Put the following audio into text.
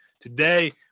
Today